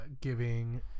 giving